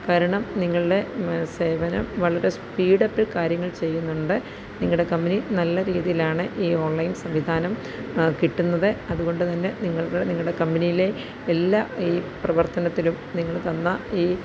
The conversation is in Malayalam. കാരണം നിങ്ങളുടെ സേവനം വളരെ സ്പീടപ്പിൽ കാര്യങ്ങൾ ചെയ്യുന്നുണ്ട് നിങ്ങളുടെ കമ്പനി നല്ല രീതിയിലാണ് ഈ ഓൺലൈൻ സംവിധാനം കിട്ടുന്നത് അതുകൊണ്ടുതന്നെ നിങ്ങള്ക്കു നിങ്ങളുടെ കമ്പനിയിലെ എല്ലാ ഈ പ്രവർത്തനത്തിലും നിങ്ങൾ തന്ന ഈ